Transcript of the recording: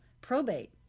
probate